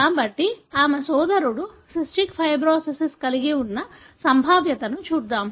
కాబట్టి ఆమె సోదరుడు సిస్టిక్ ఫైబ్రోసిస్ కలిగి ఉన్న సంభావ్యతను చూద్దాం